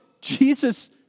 Jesus